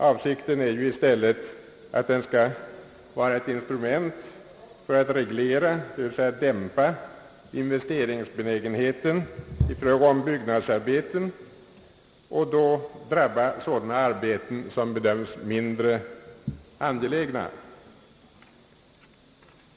Avsikten är ju i stället att den skall vara ett instrument för att reglera, d. v. s. dämpa, investeringsbenägenheten i fråga om byggnadsarbeten och då drabba sådana arbeten som bedöms mindre angelägna.